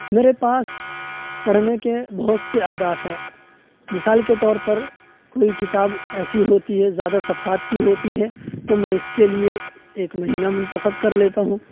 میرے پاس پڑھنے کے بہت سے اہداف ہیں مثال کے طور پر کوئی کتاب ایسی ہوتی ہے زیادہ صفحات کی ہوتی ہے تو میں اس کے لیے ایک مہینہ منتخب کر لیتا ہوں